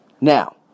Now